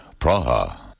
Praha